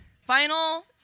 Final